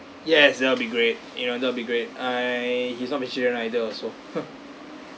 yes that'll be great you know that'll be great I he's not vegetarian either also